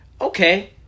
okay